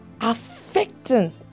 affecting